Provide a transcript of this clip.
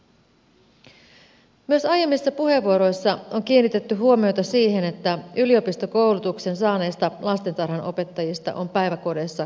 myös aiemmissa puheenvuoroissa on kiinnitetty huomiota siihen että yliopistokoulutuksen saaneista lastentarhanopettajista on päiväkodeissa kova pula